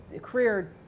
career